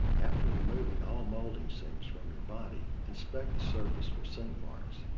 after removing all molding seams from your body, inspect the surface for sink marks.